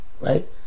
Right